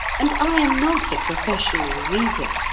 and i am not a professional reader.